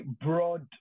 broad